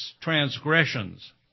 transgressions